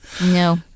No